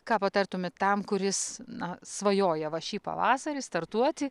ką patartumėt tam kuris na svajoja va šį pavasarį startuoti